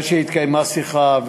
אחרי שהתקיימה שיחה,